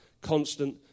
constant